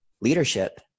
leadership